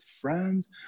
friends